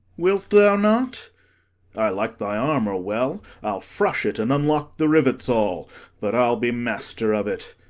wilt thou not? i like thy armour well i'll frush it and unlock the rivets all but i'll be master of it.